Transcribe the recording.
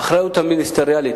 האחריות המיניסטריאלית,